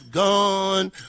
gone